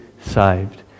saved